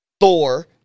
Thor